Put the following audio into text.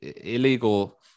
illegal